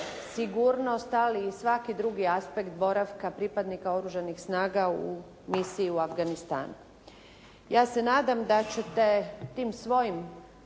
sigurnost ali i svaki drugi aspekt boravka pripadnika Oružanih snaga u misiji u Afganistanu. Ja se nadam da ćete tim svojim